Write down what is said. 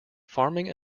farming